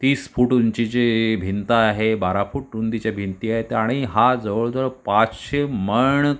तीस फूट उंचीची भिंत आहे बारा फूट रुंदीच्या भिंती आहेत आणि हा जवळजवळ पाचशे मण